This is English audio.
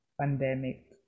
pandemic